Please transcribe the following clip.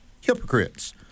hypocrites